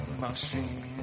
machine